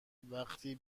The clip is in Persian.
وقتی